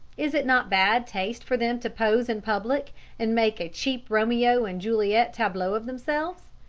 is it not bad taste for them to pose in public and make a cheap romeo and juliet tableau of themselves?